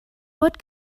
what